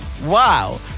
Wow